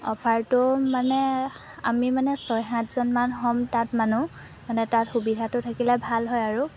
অফাৰটো মানে আমি মানে ছয় সাতজনমান হ'ম তাত মানুহ মানে তাত সুবিধাটো থাকিলে ভাল হয় আৰু